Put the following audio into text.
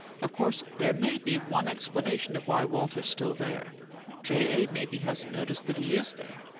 of course there may be one explanation of why walter's still there j. a. maybe hasn't noticed that he is there.